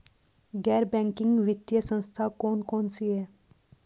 गैर बैंकिंग वित्तीय संस्था कौन कौन सी हैं?